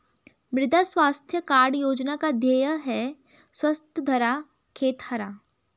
मृदा स्वास्थ्य कार्ड योजना का ध्येय है स्वस्थ धरा, खेत हरा